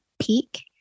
peak